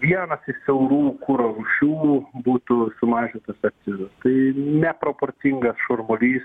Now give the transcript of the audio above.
viena siaurų kuro rūšių būtų sumažintas akcizas tai neproporcingas šurmulys